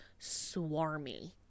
swarmy